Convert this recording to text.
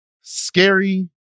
scary